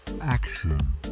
action